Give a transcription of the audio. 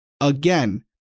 Again